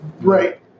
right